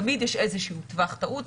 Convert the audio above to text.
תמיד יש איזשהו טווח טעות.